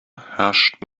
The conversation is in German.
herrscht